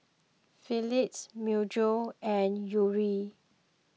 Philips Myojo and Yuri